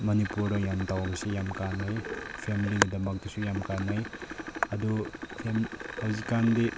ꯃꯅꯤꯄꯨꯔꯗ ꯌꯥꯝ ꯇꯧꯕꯁꯤ ꯌꯥꯝ ꯀꯥꯟꯅꯩ ꯐꯦꯃꯤꯂꯤꯒꯤꯗꯃꯛꯇꯁꯨ ꯌꯥꯝ ꯀꯥꯟꯅꯩ ꯑꯗꯨ ꯍꯧꯖꯤꯛꯀꯥꯟꯗꯤ